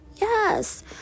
Yes